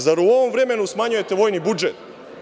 Zar u ovom vremenu smanjujete vojni budžet?